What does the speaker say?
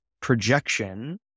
projection